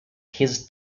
his